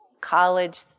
college